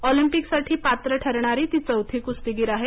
ऑलिम्पिकसाठी पात्र ठरणारी ती चौथी कुस्तीगीर आहे